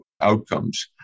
outcomes